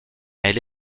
elle